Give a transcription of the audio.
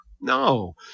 No